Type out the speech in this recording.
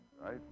right